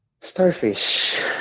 Starfish